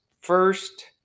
first